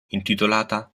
intitolata